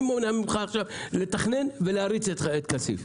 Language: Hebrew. מי מונע ממך עכשיו לתכנן ולהריץ את כסיף?